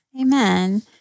Amen